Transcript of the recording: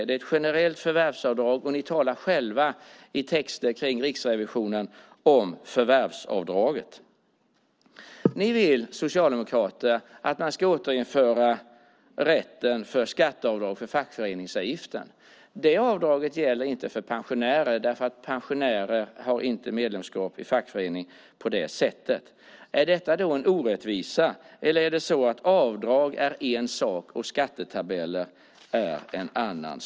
Det är ett generellt förvärvsavdrag, och ni talar själva i texter som rör Riksrevisionen om förvärvsavdraget. Socialdemokraterna vill återinföra rätten till avdrag för fackföreningsavgiften. Det avdraget gäller inte för pensionärer eftersom pensionärer inte har medlemskap i fackförening på det sättet. Är det en orättvisa, eller är avdrag en sak och skattetabeller något annat?